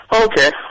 Okay